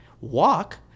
walk